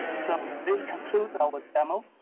so this concludes our demo.